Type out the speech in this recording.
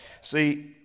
See